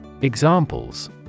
Examples